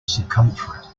circumference